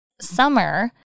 summer